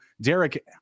Derek